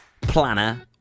planner